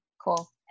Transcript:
cool